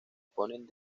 ponen